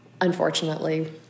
unfortunately